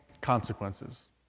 consequences